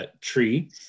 tree